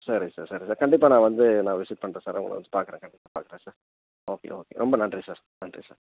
சரி சார் சரி சார் கண்டிப்பாக நான் வந்து நான் விசிட் பண்ணுறேன் சார் உங்களை வந்து பார்க்குறேன் கண்டிப்பாக பார்க்குறேன் சார் ஓகே ஓகே ரொம்ப நன்றி சார் நன்றி சார்